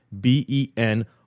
B-E-N